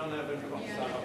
מי עונה במקום שר הפנים?